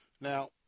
Now